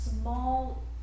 small